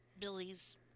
Billy's